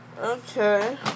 Okay